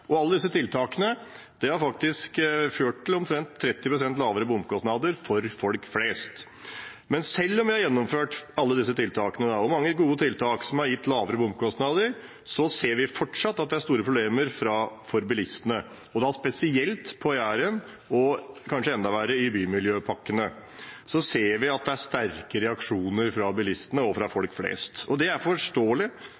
Alle disse tiltakene har ført til omtrent 30 pst. lavere bompengekostnader for folk flest. Men selv om vi har gjennomført alle disse tiltakene – mange gode tiltak, som har gitt lavere bompengekostnader – ser vi fortsatt at det er store problemer for bilistene. Spesielt på Jæren og – kanskje enda verre – i forbindelse med bymiljøpakkene ser vi at det er sterke reaksjoner fra bilistene og fra